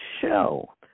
show